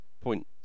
point